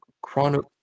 chrono